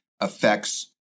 affects